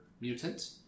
mutant